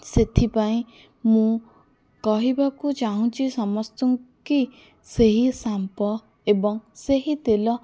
ସେଥିପାଇଁ ମୁଁ କହିବାକୁ ଚାଁହୁଛି ସମସ୍ତଙ୍କୁ କି ସେହି ଶାମ୍ପ ଏବଂ ସେହି ତେଲ